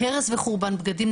גם הרס וחורבן בגדים,